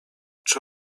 czy